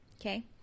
Okay